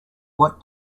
what